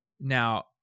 Now